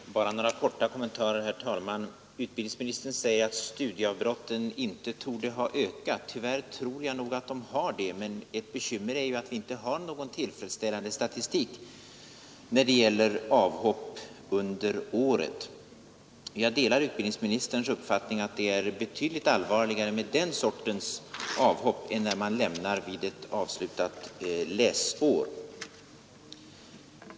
Herr talman! Bara några korta kommentarer. Utbildningsministern säger att studieavbrotten inte har ökat. Tyvärr tror jag nog att de har det, men ett bekymmer är att vi inte har någon tillfredsställande statistik när det gäller avbrott under läsåret. Jag delar utbildningsministerns uppfattning att det är betydligt allvarligare med den sortens avbrott än när man lämnar skolan efter ett avslutat läsår.